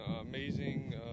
amazing